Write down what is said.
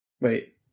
Wait